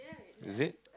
is it